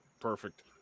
perfect